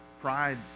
pride